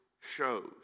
shows